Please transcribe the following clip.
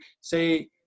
say